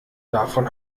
davon